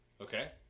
Okay